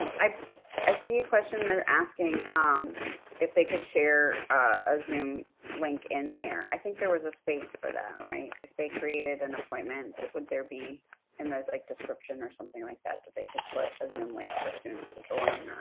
um i i see a question there asking um if they could share a zoom link in there i think there was a space for that, right? if they created an appointment, would there be in the like description or something like that, that they could put a zoom link for students to join?